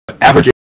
average